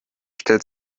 stellt